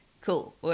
cool